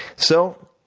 so,